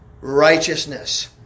righteousness